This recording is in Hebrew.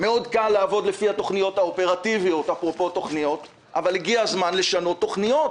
מאוד קל לעבוד לפי התכניות האופרטיביות אבל הגיע הזמן לשנות תכניות,